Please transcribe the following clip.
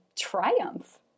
triumph